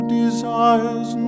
desires